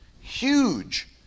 huge